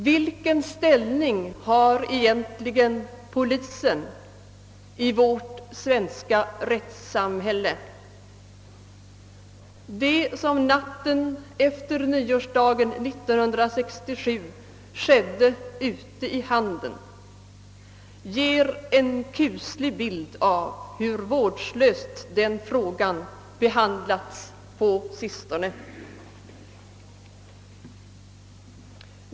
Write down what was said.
Vilken ställning har egentligen polisen i vårt svenska rättssamhälle? Det som skedde ute i Handen natten efter nyårsdagen 1967 ger en kuslig bild av hur vårdslöst den frågan har behandlats på sistone.